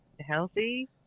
healthy